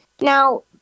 Now